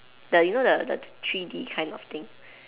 the you know the the three D kind of thing